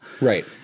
Right